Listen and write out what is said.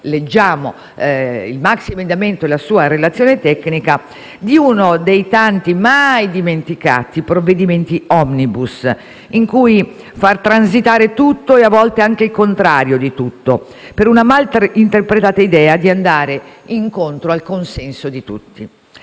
leggiamo il maxiemendamento e la sua relazione tecnica, di uno dei tanti mai dimenticati provvedimenti *omnibus*, in cui far transitare tutto e a volte anche il contrario di tutto, per una mal interpretata idea di andare incontro al consenso di tutti.